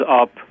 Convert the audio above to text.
up